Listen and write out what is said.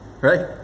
Right